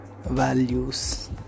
values